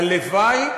הלוואי,